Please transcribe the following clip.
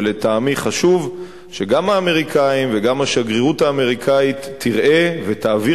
ולטעמי חשוב שגם האמריקנים וגם השגרירות האמריקנית תראה ותעביר